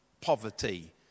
poverty